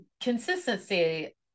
Consistency